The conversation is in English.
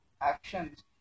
actions